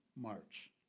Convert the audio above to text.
March